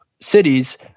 cities